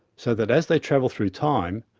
so that as they travel through time,